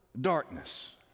darkness